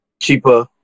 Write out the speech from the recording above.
cheaper